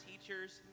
teachers